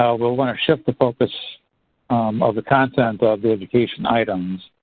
ah we'll want to shift the focus of the content the education items.